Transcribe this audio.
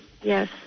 yes